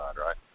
right